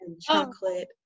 chocolate